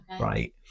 right